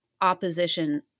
opposition